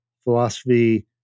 philosophy